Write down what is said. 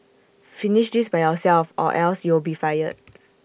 finish this by yourself or else you'll be fired